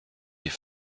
die